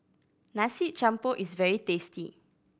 Nasi Campur is very tasty